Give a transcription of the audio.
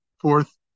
fourth